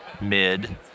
mid